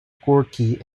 gorky